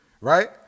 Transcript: Right